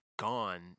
gone